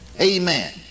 Amen